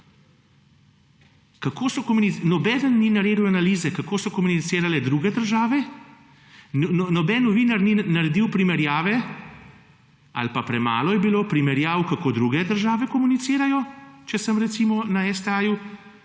Nobeden ni naredil analize kako so komunicirale druge države, nobeden novinar ni naredil primerjave ali pa premalo je bilo primerjav kako druge države komunicirajo, če sem recimo na STA,